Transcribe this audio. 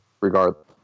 regardless